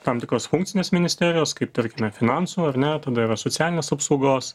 tam tikros funkcinės ministerijos kaip tarkime finansų ar ne tada yra socialinės apsaugos